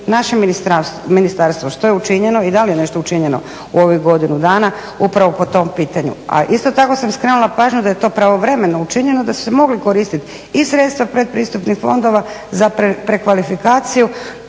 naše ministarstvo što je učinjeno i da li je nešto učinjeno u ovoj godinu dana upravo po tom pitanju. A isto tako sam skrenula pažnju da je to pravovremeno učinjeno da su se mogli koristiti i sredstva predpristupnih fondova za prekvalifikaciju